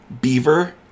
beaver